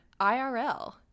IRL